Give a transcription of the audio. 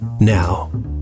Now